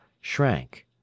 shrank